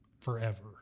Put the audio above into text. forever